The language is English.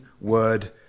word